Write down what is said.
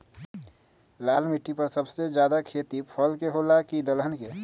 लाल मिट्टी पर सबसे ज्यादा खेती फल के होला की दलहन के?